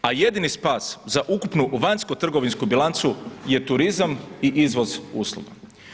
A jedini spas za ukupnu vanjsko trgovinsku bilancu je turizam i izvoz usluga.